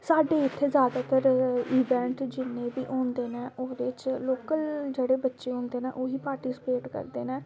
साढ़े इत्थै ज्यादातर इवेंट जिन्ने बी होंदे न ओह्दे च लोकल जेह्ड़े बच्चे होंदे न ओह् ही पार्टिसपेट करदे न